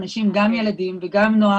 גם ילדים וגם נוער,